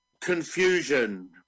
confusion